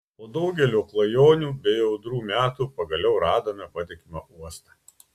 po daugelio klajonių bei audrų metų pagaliau radome patikimą uostą